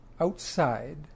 outside